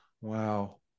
wow